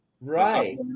Right